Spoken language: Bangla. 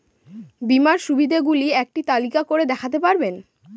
বীমার সুবিধে গুলি একটি তালিকা করে দেখাতে পারবেন?